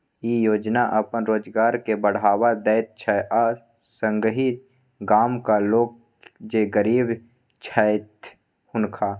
ई योजना अपन रोजगार के बढ़ावा दैत छै आ संगहि गामक लोक जे गरीब छैथ हुनका